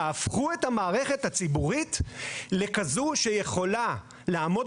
תהפכו את המערכת הציבורית לכזאת שיכולה לעמוד